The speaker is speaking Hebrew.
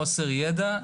חוסר ידע,